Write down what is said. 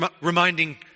reminding